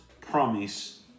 promise